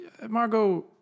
Margot